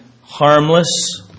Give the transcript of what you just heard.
harmless